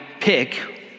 pick